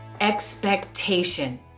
expectation